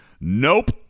Nope